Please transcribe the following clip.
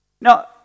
Now